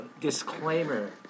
disclaimer